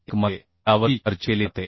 1 मध्ये यावरही चर्चा केली जाते